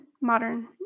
Modern